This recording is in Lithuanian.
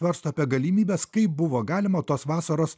svarsto apie galimybes kai buvo galima tos vasaros